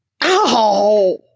ow